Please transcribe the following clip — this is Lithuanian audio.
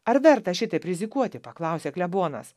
ar verta šitaip rizikuoti paklausė klebonas